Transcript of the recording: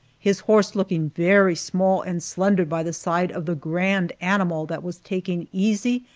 his horse looking very small and slender by the side of the grand animal that was taking easy,